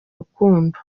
rukundo